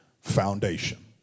foundation